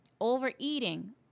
Overeating